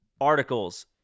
Articles